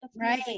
right